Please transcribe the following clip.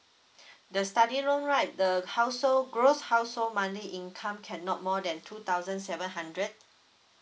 the study loan right the household gross household monthly income cannot more than two thousand seven hundred